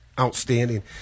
Outstanding